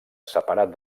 separat